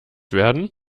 werden